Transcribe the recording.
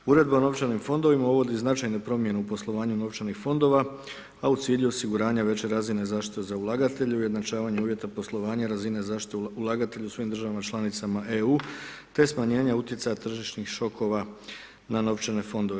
Uredba o novčanim fondovima uvodi značajne promjene u poslovanju novčanih fondova, a u cilju osiguranja veće razine zaštite za ulagatelje, ujednačavanje uvjeta poslovanja, razine zaštite ulagatelja u svim državama članicama EU, te smanjenje utjecaja tržišnih šokova na novčane fondove.